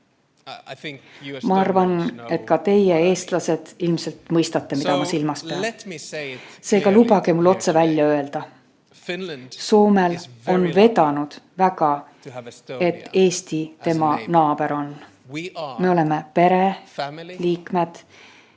Ma arvan, et ka teie, eestlased, ilmselt mõistate, mida ma silmas pean. Seega lubage mul otse välja öelda: Soomel on väga vedanud, et Eesti tema naaber on. Me oleme pere, sõbrad